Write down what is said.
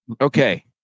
okay